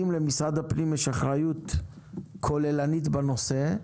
אם למשרד הפנים יש אחריות כוללנית בנושא,